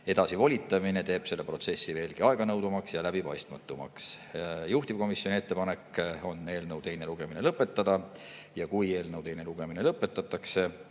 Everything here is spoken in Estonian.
edasi volitamine teeb selle protsessi veelgi aeganõudvamaks ja läbipaistmatumaks. Juhtivkomisjoni ettepanek on eelnõu teine lugemine lõpetada ja kui eelnõu teine lugemine lõpetatakse,